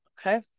okay